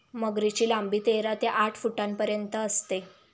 मगरीची लांबी तेरा ते अठरा फुटांपर्यंत असते